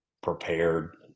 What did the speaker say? prepared